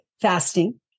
fasting